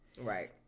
Right